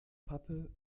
pappe